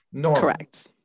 correct